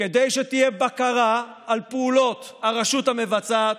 כדי שתהיה בקרה על פעולות הרשות המבצעת,